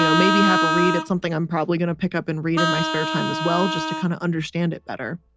you know maybe have a read at something i'm probably gonna pick up and read in my spare time as well just to kinda understand it better.